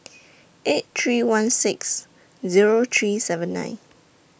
eight three one six Zero three seven nine